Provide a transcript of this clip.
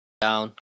down